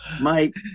Mike